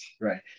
right